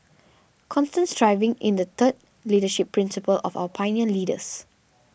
constant striving is the third leadership principle of our pioneer leaders